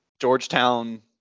Georgetown